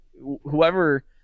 whoever